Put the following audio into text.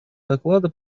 доклада